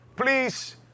Please